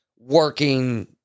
working